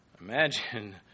Imagine